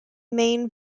main